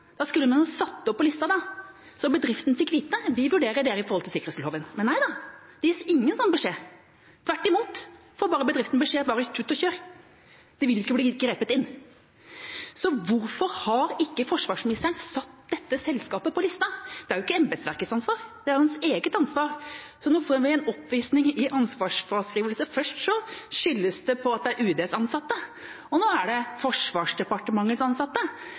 Da skulle man satt bedriften opp på lista, så de fikk vite det, og sagt: Vi vurderer dere etter sikkerhetsloven. Men nei da, det gis ingen slik beskjed. Tvert imot får bedriften bare beskjeden: Tut og kjør, det vil ikke bli grepet inn. Så hvorfor har ikke forsvarsministeren satt dette selskapet på lista? Det er ikke embetsverkets ansvar. Det er hans eget ansvar. Nå får vi en oppvisning i ansvarsfraskrivelse. Først skyldes det på at det er UDs ansatte. Nå er det Forsvarsdepartementets ansatte.